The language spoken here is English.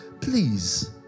Please